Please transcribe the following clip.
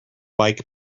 bike